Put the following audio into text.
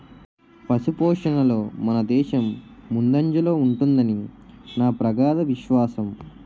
పశుపోషణలో మనదేశం ముందంజలో ఉంటుదని నా ప్రగాఢ విశ్వాసం